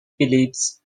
phillips